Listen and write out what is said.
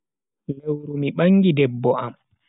Lewru je mi bangi debbo am.